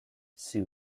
suit